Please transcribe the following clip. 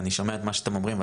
אני שומע את מה שאתם אומרים,